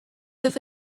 have